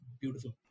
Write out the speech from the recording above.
beautiful